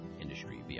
industry